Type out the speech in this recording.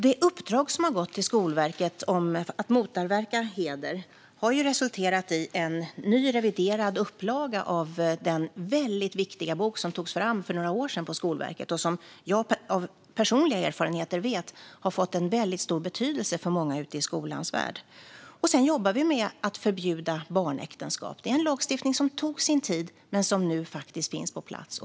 Det uppdrag som har gått till Skolverket om att motverka heder har resulterat i en ny och reviderad upplaga av den viktiga bok som togs fram för några år sedan på Skolverket och som jag genom personliga erfarenheter vet har fått stor betydelse för många i skolans värld. Vi jobbar med att förbjuda barnäktenskap. Det är en lagstiftning som tog sin tid men som nu finns på plats.